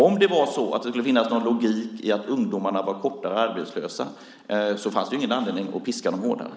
Om det var så att det skulle finnas någon sanning i att ungdomarna är arbetslösa kortare tid skulle det inte finnas någon logik i att piska dem hårdare.